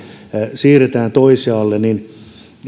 toisaalle